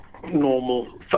Normal